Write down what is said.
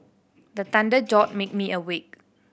the thunder jolt make me awake